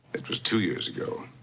it was two years ago.